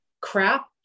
crap